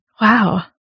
Wow